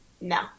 no